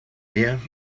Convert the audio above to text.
yeah